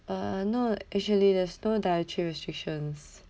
uh no actually there's no dietary restrictions